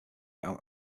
out